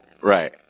Right